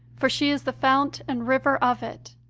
for she is the fount and river of it.